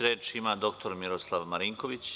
Reč ima dr Miroslav Marinković.